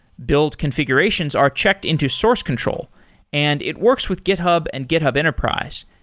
build configurations are checked into source control and it works with github and github enterprise,